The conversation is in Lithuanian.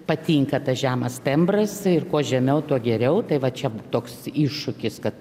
patinka tas žemas tembras ir kuo žemiau tuo geriau tai va čia toks iššūkis kad